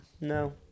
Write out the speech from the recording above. No